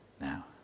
now